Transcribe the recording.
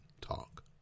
talk